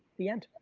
the end.